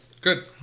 good